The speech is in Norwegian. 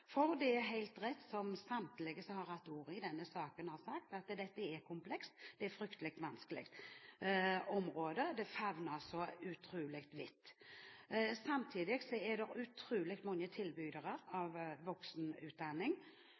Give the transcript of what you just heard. For det er helt riktig, som samtlige som har hatt ordet i denne saken har sagt, at dette er komplekst – det er et fryktelig vanskelig område. Det favner utrolig vidt. Samtidig er det utrolig mange tilbydere av